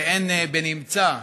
ואין בנמצא.